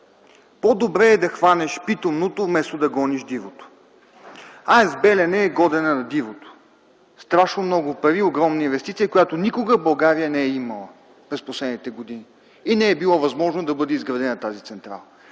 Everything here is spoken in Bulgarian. „По-добре е да хванеш питомното, вместо да гониш дивото.”. АЕЦ „Белене” е гонене на дивото – страшно много пари и огромна инвестиция, която България никога не е имала през последните години, и не е било възможно да бъде изградена тази централа.